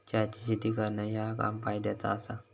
चहाची शेती करणा ह्या काम फायद्याचा आसा